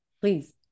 please